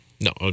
No